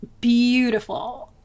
beautiful